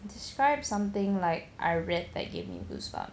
describe something like I read that gives me goosebumps